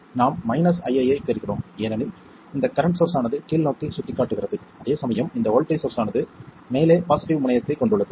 நாம் minus ii ஐப் பெறுகிறோம் ஏனெனில் இந்த கரண்ட் சோர்ஸ் ஆனது கீழ்நோக்கிச் சுட்டிக்காட்டுகிறது அதேசமயம் இந்த வோல்ட்டேஜ் சோர்ஸ் ஆனது மேலே பாசிட்டிவ் முனையத்தைக் கொண்டுள்ளது